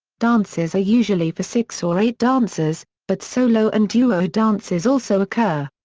dances are usually for six or eight dancers, but solo and duo dances also occur.